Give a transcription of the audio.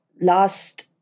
last